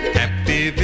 happy